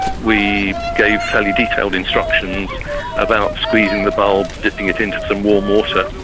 we gave fairly detailed instructions about squeezing the bulb, dipping it into some warm water,